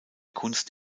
kunst